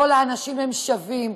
כל האנשים הם שווים.